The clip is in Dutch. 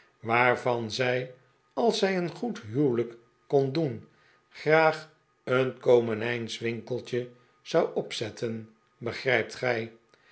waarvan zij t als zij een goed huwelijk kon doen graag een komenijswinkeltje zou opzetten begrijpt gij